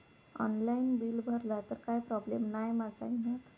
Online bill भरला तर काय प्रोब्लेम नाय मा जाईनत?